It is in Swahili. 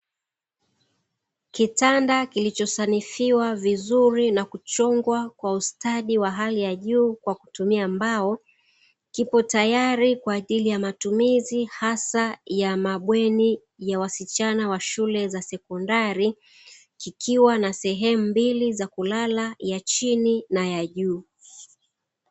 Kitanda kilichosanifiwa vizuri na kuchongwa kwa ustadi wa hali ya juu kwa kutumia mbao, kipo tayari kwa ajili ya matumizi hasa ya mabweni ya wasichana wa shule za sekondari, kikiwa na sehemu mbili za kulala, ya chini na ya juu.